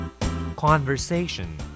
Conversation